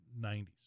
90s